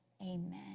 Amen